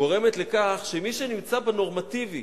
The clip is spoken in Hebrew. שגורמת לכך שמי שנמצא בנורמטיבי,